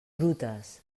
brutes